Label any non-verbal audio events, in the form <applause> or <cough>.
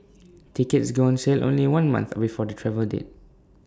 <noise> tickets go on sale only one month before the travel date